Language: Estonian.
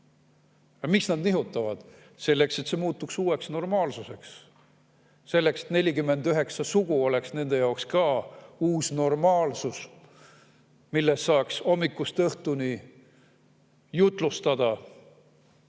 nad seda nihutavad? Selleks, et see muutuks uueks normaalsuseks. Selleks, et 49 sugu oleks nende jaoks ka uus normaalsus, millest saaks hommikust õhtuni jutlustada